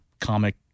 comic